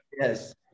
Yes